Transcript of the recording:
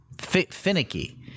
finicky